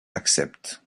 accepte